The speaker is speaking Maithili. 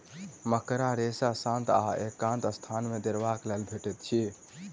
मकड़ा रेशा शांत आ एकांत स्थान मे देखबाक लेल भेटैत अछि